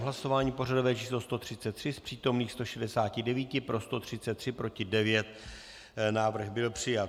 V hlasování pořadové číslo 133 z přítomných 169 pro 133, proti 9, návrh byl přijat.